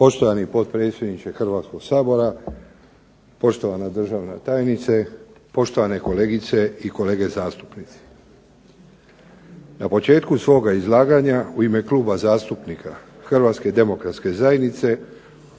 Poštovani potpredsjedniče Hrvatskog sabora, poštovana državna tajnice, poštovana kolegice i kolege zastupnici. Na početku svoga izlaganja u ime Kluba zastupnika Hrvatske demokratske zajednice